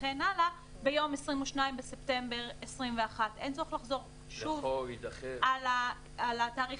ביום 22 בספטמבר 2021. אין צורך לחזור שוב על התאריך